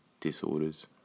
disorders